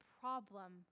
problem